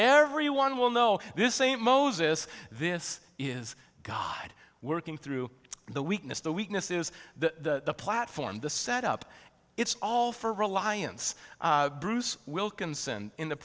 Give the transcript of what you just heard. everyone will know this is a moses this is god working through the weakness the weaknesses the platform the set up it's all for reliance bruce wilkinson in the